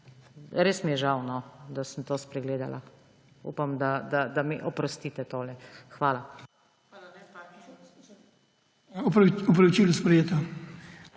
Res mi je žal, da sem to spregledala. Upam, da mi oprostite tole. Hvala.